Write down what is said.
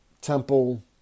Temple